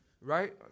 Right